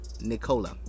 Nicola